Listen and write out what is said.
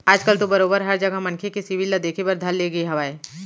आज कल तो बरोबर हर जघा मनखे के सिविल ल देखे बर धर ले गे हावय